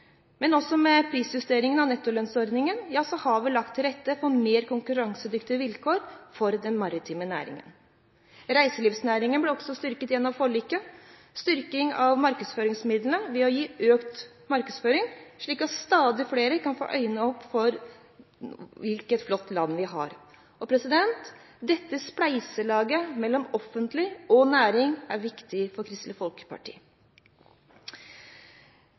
Men også med prisjusteringen av nettolønnsordningen har vi lagt til rette for mer konkurransedyktige vilkår for den maritime næringen. Reiselivsnæringen ble også styrket gjennom forliket. Styrking av markedsføringsmidlene vil gi økt markedsføring, slik at stadig flere får øynene opp for hvilket flott land vi har. Dette spleiselaget mellom det offentlige og næringen er viktig for Kristelig Folkeparti.